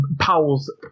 Powell's